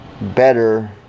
better